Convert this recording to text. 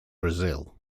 brazil